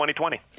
2020